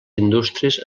indústries